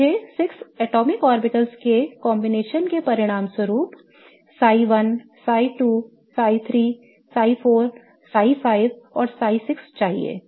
तो मुझे 6 atomic orbitals के संयोजन के परिणामस्वरूप psi 1 Ψ1 psi 2 Ψ2 ps 3 Ψ3 psi 4 Ψ4 psi 5 Ψ5 और psi 6 Ψ6 चाहिए